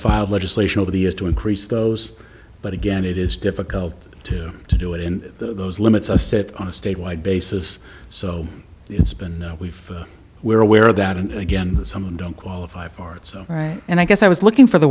filed legislation over the years to increase those but again it is difficult to to do it in those limits a set on a statewide basis so it's been we've we're aware of that and again some don't qualify for it so right and i guess i was looking for the